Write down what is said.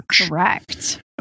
Correct